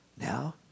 Now